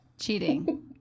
Cheating